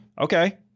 okay